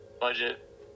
budget